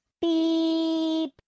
Beep